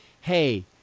Hey